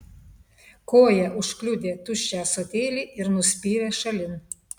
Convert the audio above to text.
koja užkliudė tuščią ąsotėlį ir nuspyrė šalin